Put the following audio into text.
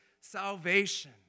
salvation